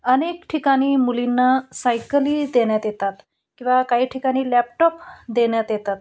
अनेक ठिकाणी मुलींना सायकली देण्यात येतात किंवा काही ठिकाणी लॅपटॉप देण्यात येतात